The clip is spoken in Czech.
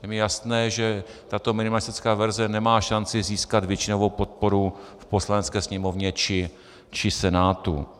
Je mi jasné, že tato minimalistická verze nemá šanci získat většinovou podporu v Poslanecké sněmovně či Senátu.